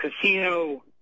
casino